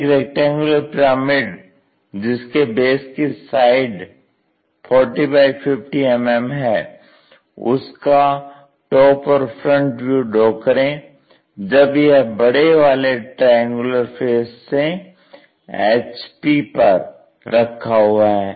एक rectangular pyramid जिसके base की साइड 40x50 mm है उसका टॉप और फ्रंट व्यू ड्रॉ करें जब यह बड़े वाले ट्रायंगुलर फेस से HP पर रखा हुआ है